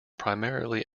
primarily